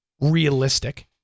realistic